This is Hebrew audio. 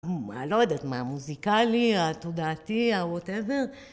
אני לא יודעת מה, המוזיקלי, התודעתי, הווטאבר.